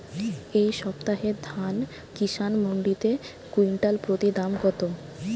এই সপ্তাহে ধান কিষান মন্ডিতে কুইন্টাল প্রতি দাম কত?